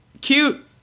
Cute